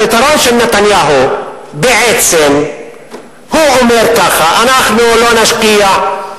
הפתרון של נתניהו בעצם אומר כך: אנחנו לא נשקיע,